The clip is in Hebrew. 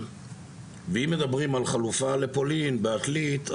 ואם מדברים על חלופה לפולין בעתלית,